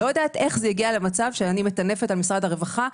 אני לא יודעת איך זה הגיע למצב שאני מטנפת על משרד הרווחה.